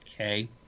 Okay